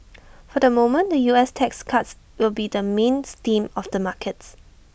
for the moment the U S tax cuts will be the main theme of the markets